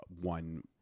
one